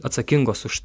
atsakingos už